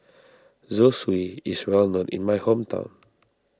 Zosui is well known in my hometown